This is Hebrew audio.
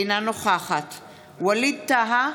אינה נוכחת ווליד טאהא,